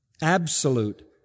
Absolute